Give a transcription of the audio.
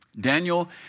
Daniel